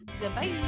Goodbye